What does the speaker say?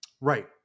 Right